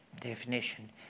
definition